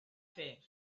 fer